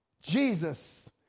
Jesus